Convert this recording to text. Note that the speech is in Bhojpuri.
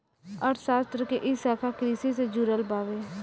अर्थशास्त्र के इ शाखा कृषि से जुड़ल बावे